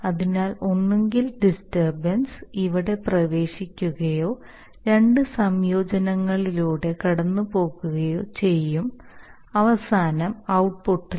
അതിനാൽ ഒന്നുകിൽ ഡിസ്റ്റർബൻസ് ഇവിടെ പ്രവേശിക്കുകയോ രണ്ട് സംയോജനങ്ങളിലൂടെ കടന്നുപോകുകയോ ചെയ്യും അവസാനം ഔട്ട്പുട്ടിൽ